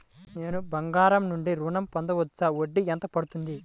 నేను బంగారం నుండి ఋణం పొందవచ్చా? వడ్డీ ఎంత పడుతుంది?